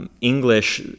English